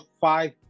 five